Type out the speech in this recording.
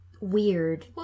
weird